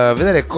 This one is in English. vedere